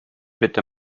bitte